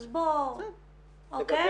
אז בוא, אוקיי?